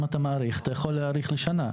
אם אתה מאריך אתה יכול להאריך לשנה,